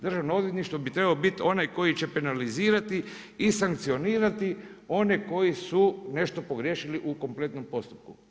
Državno odvjetništvo bi trebalo onaj koji će penalizirati i sankcionirati one koji su nešto pogriješili u kompletnom postupku.